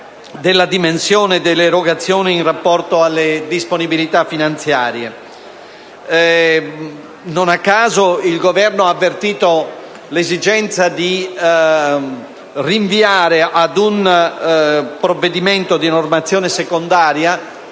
della dimensione delle erogazioni in rapporto alle disponibilità finanziarie. Non a caso, il Governo ha avvertito l'esigenza di rinviare ad un provvedimento di normazione secondaria,